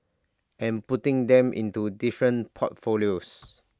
and putting them into different portfolios